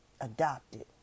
Adopted